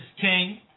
King